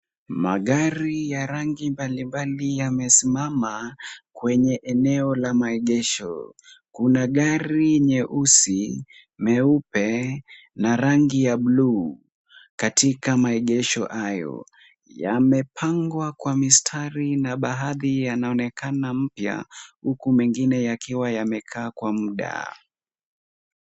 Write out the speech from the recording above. Magari ya rangi mbalimbali yamesimama kwenye eneo la maegesho. Kuna gari nyeusi, meupe na rangi ya blue katika maegesho hayo. Yamepangwa kwa mistari na baadhi yanaonekana mpya, huku mengine yakiwa yamekaa kwa muda.